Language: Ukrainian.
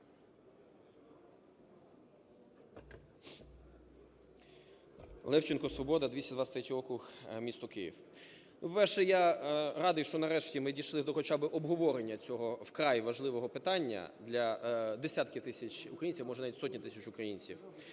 Левченко, "Свобода", 223 округ, місто Київ. По-перше, я радий, що, нарешті, ми дійшли до хоча би обговорення цього вкрай важливого питання для десятків тисяч українців, може, навіть сотень тисяч українців